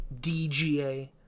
DGA